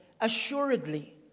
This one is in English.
Assuredly